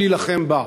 שיילחם בה,